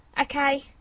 okay